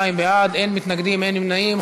22 בעד, אין מתנגדים, אין נמנעים.